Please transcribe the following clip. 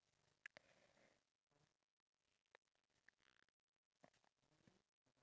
no I couldn't finish my chicken so I threw it to the birds